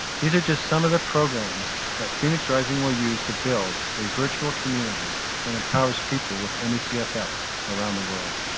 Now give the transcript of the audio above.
these are just some of the programs that phoenix rising will use to build a virtual community that empowers people with me cfs around the world.